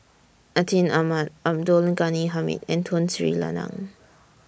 Atin Amat Abdul Ghani Hamid and Tun Sri Lanang